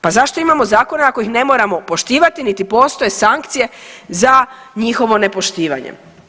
Pa zašto imamo zakone ako ih ne moramo poštivati, niti postoje sankcije za njihovo nepoštivanje.